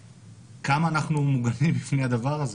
כמה אנחנו מוגנים בפני הדבר הזה,